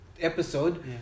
episode